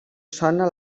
sona